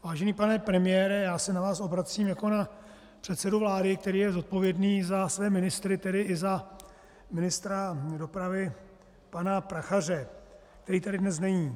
Vážený pane premiére, já se na vás obracím jako na předsedu vlády, který je zodpovědný za své ministry, tedy i za ministra dopravy pana Prachaře, který tady dnes není.